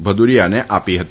ભદુરિયાને આપી હતી